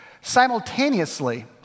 Simultaneously